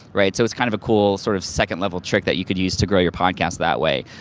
right? so it's kind of a cool, sort of second level trick that you could use to grow your podcast that way.